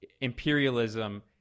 imperialism